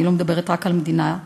אני לא מדברת רק על מדינת ישראל.